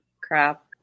Crap